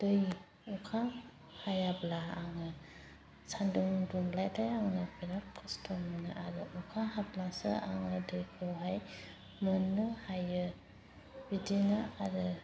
दै अखा हायाब्ला आङो सानदुं दुंब्लाथाय आङो बिराथ खस्थ' मोनो आरो अखा हाब्लासो आङो दैखौहाय मोन्नो हायो बिदिनो आरो